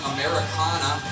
Americana